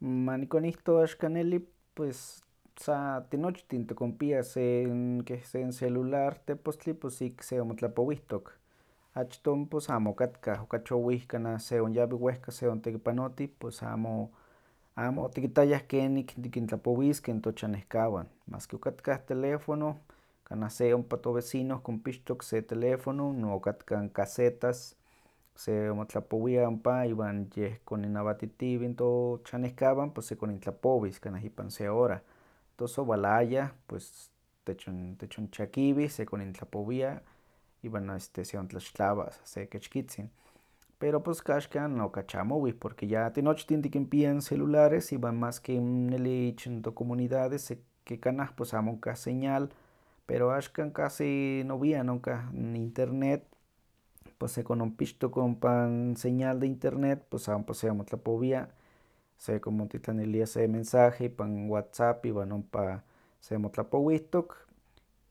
Ma nikonihto axkan neli pues sa tinochtin tikonpiah se keh sen celular tepostli pues ik semotlapowihtok, achtoh pues amo okatkah okachi owih kanah se onyawi wehka seontekipanotih pos amo amo otikittayah kenik tikintlapowiskeh n tochanehkawan. Maski okatkah teléfono, kanah se ompa tovecinoh konpixtok se teléfono, okatkah n casetas, seonmotlapowia ompa iwan yeh koninnawatitiweh tochanehkawan, pos sekonintlapowis kanah ipan se hora. Tos owalayah pues techon- techonchiakiwih sekonintlapowia, iwan este seontlaxtlawa se kechkitzin, pero keh axkan okachi amo owih porque tinochtin tikimpiah n celulares iwan maski neli ich n tocomunidades seki kanah amo onkah señal, pero axkan casi nowian onkah internet, pues sekonompixtok ompa señal de internet sa ompa seonmotlapowia, sekonmotitlanilia se mensaje ipan whatsapp iwan ompa se motlapowihtok,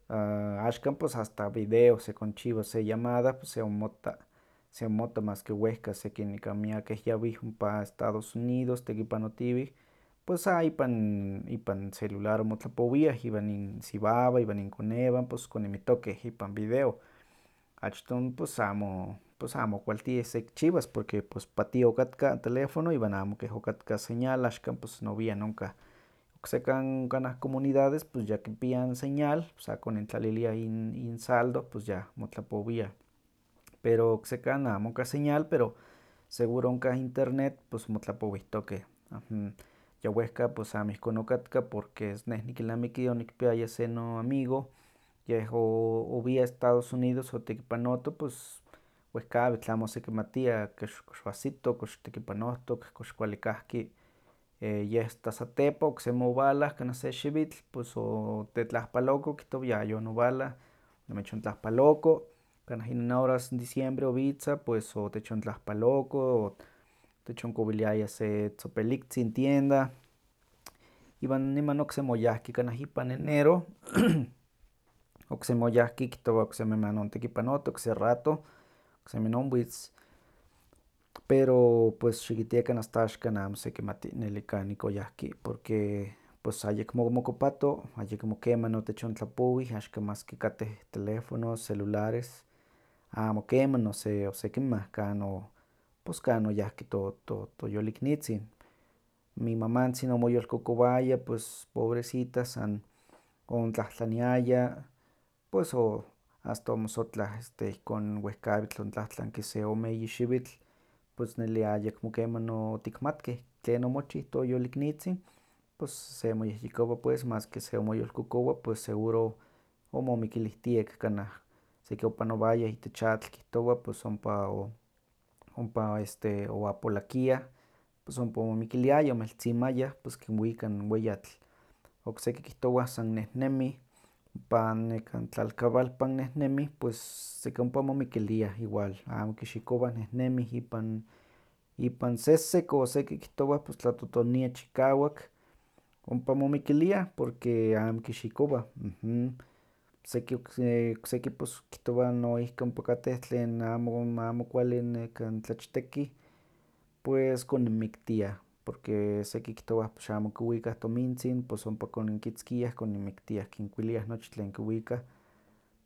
a- axkan pos asta video sekonchiwa se llamada pos seonmotta, seonmotta mas ke wehka seki nekan miakeh onyawih estados unidos tekipanotiwih, pues sa ipan ipan celular onmotlapowiah iwan insiwawan. iwan inkonewan pos koninmitokeh ipan video, achoh n pos amo okualtia sekichiwas, porque patio okatka n telefono iwan amo keh okatka señal, axkan pos nowian onkah. Oksekan kanah comunidades pos ya konpiah señal, sa konintlaliliah in- in saldo pos ya motlapowiah. Pero oksekan amo onkah señal pero seuro onkah internet pos motlapowihtokeh, yowehka pos amo ihkon okatka porque es- neh nikilnamiki onikpiaya se noamigo yeh o- owia estados unidos otekipanoto pos wehkawitl amo osekimatia kox kox oahsito, kox tekipanohtok, kox kuali kahki, e- yeh asta satepa oksemi owalah okse xiwitl pos otetlahpaloko kihtowa yayoniwalah, onimechontlahpaloko, kanah inin horas diciembre owitza, otechontlahpaloko, otechonkowiliaya se tzopeliktzin tienda, iwan niman oksemi oyahki kanah ipan enero oksemi oyahki kihtowa, oksemi manontekipanoti okse ratoh, oksemi nonwitz, pero pues xikitiekan asta axkan amo sekimati neli kan ik oyahki porque pos ayekmo omokopato, ayekmo keman otechontlapowih, axkan maske katteh teléfonos, celulares, amo keman ose- osekimah kan o- pos kan oyahki to- to- toyoliknitzin, imamantzin omoyolkokowaya ppus pobrecita san ontlahtlaniaya, pos o- asta omosotlah ihkon wehkawitl tontlahtlanki se ome eyi xiwitl, pues neli ayekmo keman otikmatkeh tlen omochih toyoliknitzin, pus semoyehyekowa pues maske seonmoyolkokowa pues seguro omomikilihtiek kanah seki opanowayah itech atl kihtowa pos ompa o- ompa- este oapolakiah, pos ompa omomikiliayah, omeltzimayah, pues kinwika n weyatl, okseki kihtowah san nehnemih, ompa nekan tlalkawalpan nehnemi pos seki ompa momikiliah igual, amo kixikowah nehnemi ipan ipan sesek o seki kihtowah pos tlatotonia chikawak, ompa momikiliah porque amo kixikowah, seki okseki pos kihtowa noihki ompa kateh tlen amo- amo kuali nekan tlachtekih, pues koninmiktiah, porque seki kihtowah xamo kiwikah tomintzin, pos ompa koninkitzkiah koninmiktiah, kinkuiliah nochi tlen kiwikah,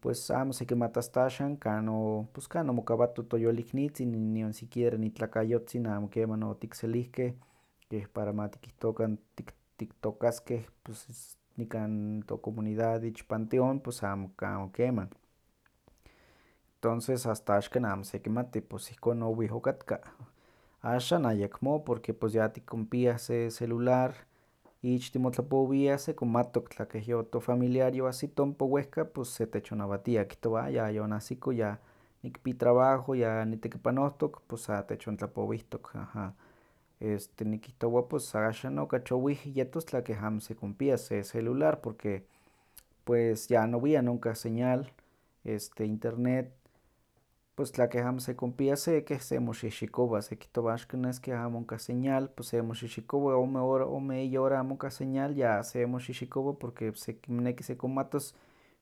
pues amo sekimati asta axan kan o- pues kan omokawato toknitzin, nionsikiera n itlakayotzin amo keman otikselihkeh keh para ma tikihtokan tik- tiktookaskeh, nikan tocomunidad ich panteón, pues amo ka- amo keman, tonses asta axkan amo sekimati, pues ihkon owih okatka, axan ayekmo porque pues ya tikonpiah se celular ich timotlapowiah, sekimatok tla keh ya tofamiliar yoahsito ompa wehka pos techonnawatiah kihtowa yonahsito nikpi trabajo, ya nitekipanohtok, pos sa techontlapowihtok, aha. Este nikihtowa pos axan okachi owih yetos tla keh amo sekonpias se celular porque pues ya nowian onkah señal, este, internet, pus tla keh amo sekonpias keh semoxixikowa, sekihtowa axka nes keh amo onkah señal, pus semoxixikowa ome hor- ome eyi hora amo onkah señal, ya se moxixikowa porque sekineki sekonmatos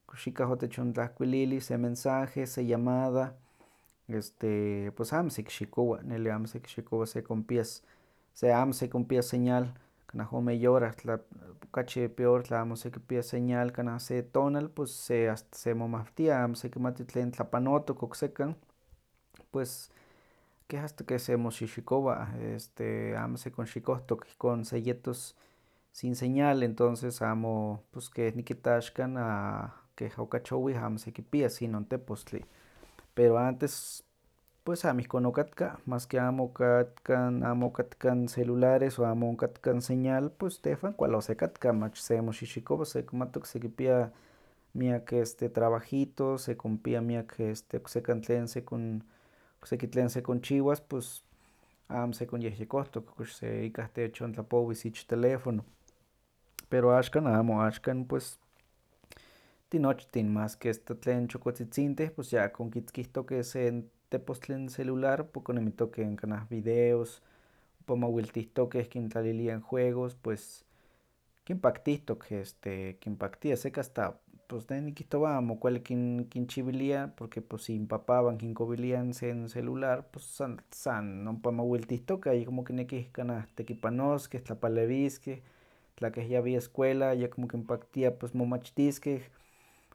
kox ikah otechontlahkuililih se mensaje, se llamada, este, pos amo sekixikowa, neli amo sekixikowa sekonpias, se- amo sekonpias señal kanah ome eyi hora, kachi peor tla keh amo sekonpias señal kanah se tonal pus se asta semomawtia, amo sekimati tlen tlapanotok oksekan, keh asta keh semoxixikowa, amo sekonxikohtoh ihkon se yetos sin seal, entonces keh amo nikita axkan keh okachi owih amo sekipias inon tepostli, pero antes pues amo ihkon okatka, maski amo okatka n amo okatkan celulares o amo onkatka n señal, pues tehwan kualli osekatka, mach semoxixikowa, sekimatok sekipia miak este trabajito, sekonpia este oksekan tlen sekon- okseki tlen sekonchiwas pues amo sekonyehyekohtok kox ikah techontlapowis ich teléfono, pero axkan amo, axkan pues tinochtin maske asta tlen chokotzitzintih konkitzkihtkeh se n celular ompa koninmitokeh kanah videos, ompa mawiltihtokeh kintlaliliah n juegos pues kinpahtihtok este kinpaktia, seki asta pues neh nikitowa amo kualli kin- kinchiwilia porque pues inpapawan kinkowiliah se n celular sa- san ompa mawiltihtokeh ayekmo kinekih kanah tekipanoskeh tlapalewiskeh, tla keh yawih escuela ayekmo kinpaktia pues momachtiskeh,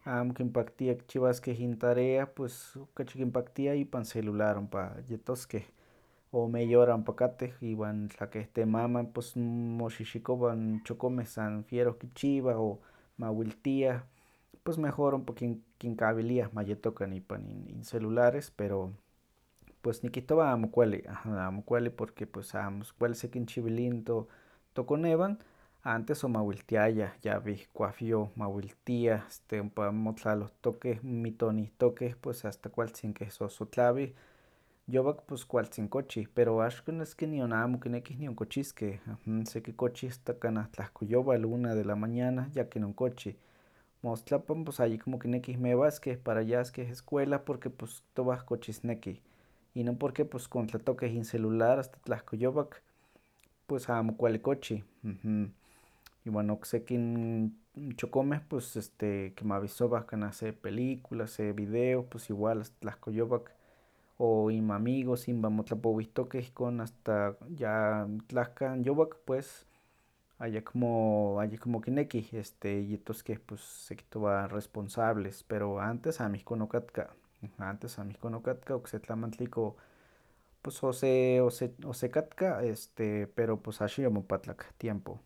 amokinpaktia kichiwaskeh intarea pues okachi kinpaktia ipan celular ompa yetoskeh, ome eyi hora ompa katteh, iwan tla keh temaman pos moxixikowa n chokomeh san wieroh kichiwah o mawiltiah, pos mejor ompa kin kinkawiliah ma yetokan ipan incelulares pero pues nikihtowa amo kualli, aha, amo kuali porque pues amo kuali sekinchiwili n tokonewan, antes omawilatiayah yawih kuawyoh mawilitiah este ompa motlalohtokeh, mitonihtokeh, pues asta kualtzin keh sohsotlawih, yowak pues kualtzin kochih pero, axkan nes ke nion amo kinekih nion kochiskeh, seki kochih asta kanah tlahkoyowal una de la mañana yakin onkochih, mostlapan os ayekmo kinekih mewaskeh para yaskeh escuela porque pus kihtowah kochisnekih, inon porque pues kontlatokeh incelular asta tlahkoyowak, pues amo kuali kochi, iwan okseki n chokomeh pues este kimawisowah kanah se pelicula, se video, pues igual asta tlahkoyowak, o inmiamigos inwan motlapowihtokeh ihkon asta ya tlahkah, n yowak pues, ayakmo, ayekmo kinekih este yetoskeh pues sekihtowa responsables, pero antes amo ihkon okatka, aha, antes amo ihkon okatka, okse tlamantli ik o- pus- o- se- oset- osekatka este pero pos axan yomopatlak tiempo.